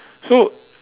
so